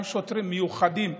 גם שוטרים מיוחדים,